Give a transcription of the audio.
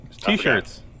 T-shirts